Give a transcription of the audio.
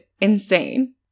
insane